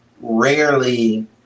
rarely